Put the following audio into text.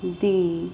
ਦੀ